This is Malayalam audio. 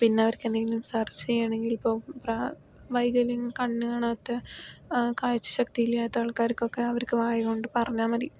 പിന്നെ അവർക്ക് എന്തെങ്കിലും സെർച്ച് ചെയ്യണമെങ്കിൽ ഇപ്പോൾ പ്രാ വൈകല്യം കണ്ണു കാണാത്ത കഴ്ച ശക്തി ഇല്ലാത്ത ആൾക്കാർക്ക് ഒക്കെ അവർക്ക് വായ കൊണ്ട് പറഞ്ഞാൽ മതി